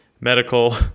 medical